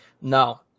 No